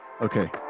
okay